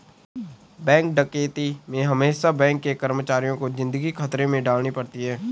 bank डकैती में हमेसा बैंक के कर्मचारियों को जिंदगी खतरे में डालनी पड़ती है